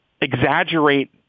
exaggerate